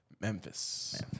Memphis